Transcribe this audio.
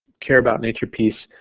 care about nature piece